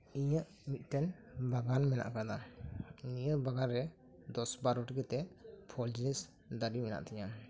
ᱤᱧᱟᱹᱜ ᱢᱤᱫ ᱴᱮᱱ ᱵᱟᱜᱟᱱ ᱢᱮᱱᱟᱜ ᱟᱠᱟᱫᱟ ᱱᱤᱭᱟᱹ ᱵᱟᱜᱟᱱ ᱨᱮ ᱫᱚᱥ ᱵᱟᱨᱚᱴᱤ ᱠᱟᱛᱮᱫ ᱯᱷᱚᱞ ᱡᱤᱱᱤᱥ ᱫᱟᱨᱮ ᱢᱮᱱᱟᱜ ᱛᱤᱧᱟᱹ